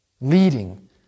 leading